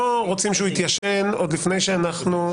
רוצים שהוא יתיישן עוד לפני שחתמנו עליו.